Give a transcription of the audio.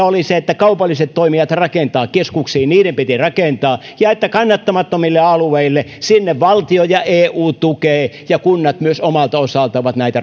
oli se että kaupalliset toimijat rakentavat keskuksiin niiden piti rakentaa ja että kannattamattomille alueille valtio ja eu tukevat ja kunnat myös omalta osaltaan ovat näitä